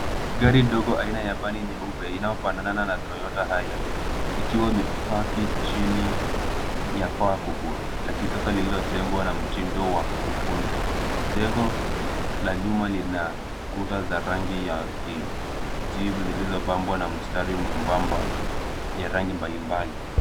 Gari ndogo aina ya vani nyeupe inayofanana na Toyota Hiace. Ikiwa umepaki chini ya paa kubwa, lakini sasa lililo jengwa na mtindo wa kukunja. Jengo la nyuma lina kuta za rangi ya kijivu zilizobambwa na mstari mwembamba ya rangi mbalimbali.